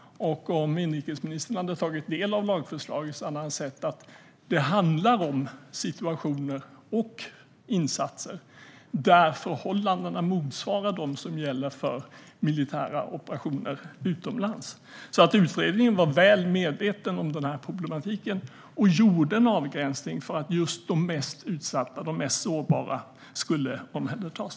Om inrikesministern hade tagit del av lagförslaget hade han sett att det handlar om situationer och insatser där förhållandena motsvarar dem som gäller för militära operationer utomlands. Utredningen var väl medveten om problematiken och gjorde en avgränsning för att just de mest utsatta och de mest sårbara skulle omhändertas.